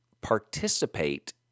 participate